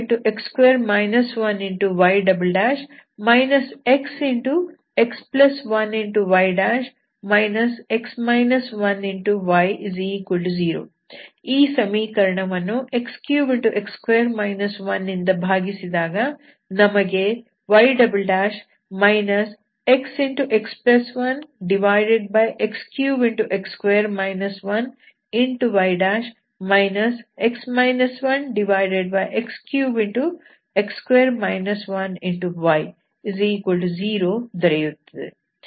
ನಾನು x3y xx1y y0 ಈ ಸಮೀಕರಣವನ್ನು x3 ನಿಂದ ಭಾಗಿಸಿದಾಗ ನಮಗೆ y xx1x3y x 1x3y0 ದೊರಕುತ್ತದೆ